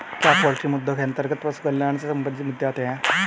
क्या पोल्ट्री मुद्दों के अंतर्गत पशु कल्याण से संबंधित मुद्दे आते हैं?